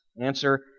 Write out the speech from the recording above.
Answer